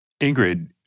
Ingrid